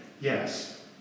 Yes